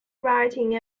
writing